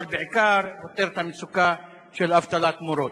אבל בעיקר פותר את המצוקה של אבטלת מורות.